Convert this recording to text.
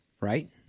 right